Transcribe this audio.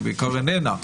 היא בעיקר איננה.